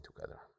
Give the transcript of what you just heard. together